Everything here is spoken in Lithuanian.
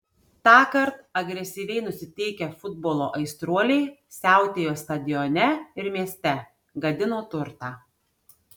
tąkart agresyviai nusiteikę futbolo aistruoliai siautėjo stadione ir mieste gadino turtą